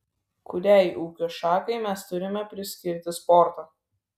kuriai ūkio šakai mes turime priskirti sportą